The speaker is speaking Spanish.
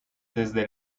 desde